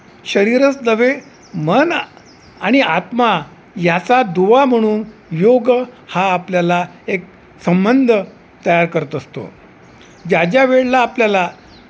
शरीरच नव्हे मन आणि आत्मा याचा दुवा म्हणून योग हा आपल्याला एक संबंध तयार करत असतो ज्या ज्या वेळेला आपल्याला